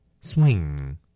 Swing